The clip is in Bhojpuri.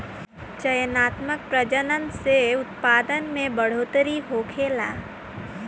चयनात्मक प्रजनन से उत्पादन में बढ़ोतरी होखेला